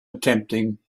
attempting